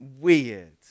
weird